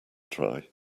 try